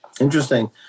Interesting